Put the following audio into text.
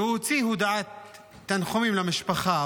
והוא הוציא הודעת תנחומים למשפחה.